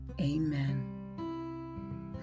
amen